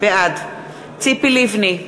בעד ציפי לבני,